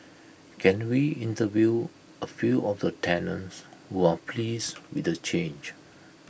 can we interview A few of the tenants who are pleased with the change